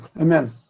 amen